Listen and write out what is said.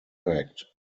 packed